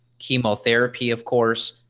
chemotherapy of course,